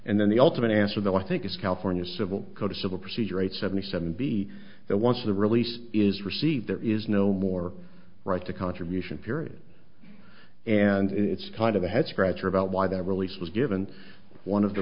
and then the ultimate answer that i think is california civil code of civil procedure eight seventy seven b that once the release is received there is no more right to contribution period and it's kind of a head scratcher about why that release was given one of the